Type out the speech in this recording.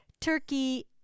turkey